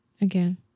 Again